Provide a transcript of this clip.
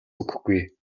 өгөхгүй